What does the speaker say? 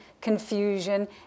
confusion